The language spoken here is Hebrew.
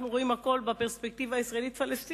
אנחנו רואים הכול בפרספקטיבה הישראלית-הפלסטינית,